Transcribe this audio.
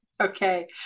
Okay